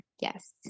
yes